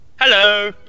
Hello